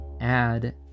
add